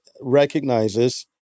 recognizes